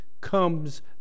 comes